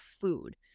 food